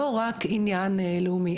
לא רק עניין לאומי.